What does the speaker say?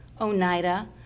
Oneida